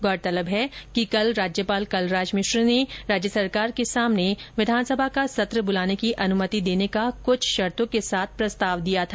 गौरतलब है कि कल राज्यपाल कलराज मिश्र ने राज्य सरकार के सामने विधानसभा का सत्र बुलाने की अनुमति देने का कुछ शर्तों के साथ प्रस्ताव दिया था